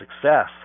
success